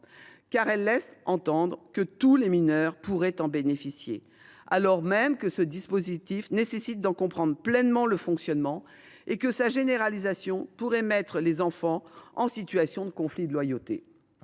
car elle laisse entendre que tous les mineurs pourraient en bénéficier, alors même que ce dispositif nécessite d’en comprendre pleinement le fonctionnement et que sa généralisation pourrait mettre les enfants en situation de conflit de loyauté.